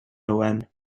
owen